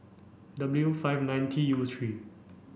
W five nine T U three